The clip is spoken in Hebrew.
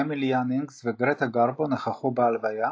אמיל יאנינגס וגרטה גרבו נכחו בהלוויה,